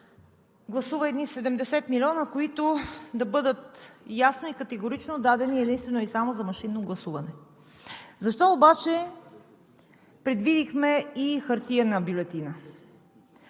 гласува едни 70 млн. лв., които да бъдат ясно и категорично дадени единствено и само за машинно гласуване. Защо обаче предвидихме и хартиена бюлетина?